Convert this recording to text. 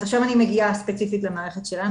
אז עכשיו אני מגיעה ספציפית למערכת שלנו